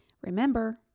Remember